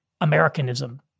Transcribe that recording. Americanism